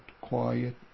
quiet